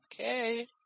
Okay